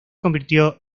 convirtió